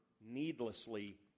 needlessly